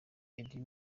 eddie